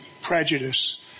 prejudice